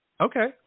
Okay